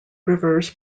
rivers